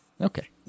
Okay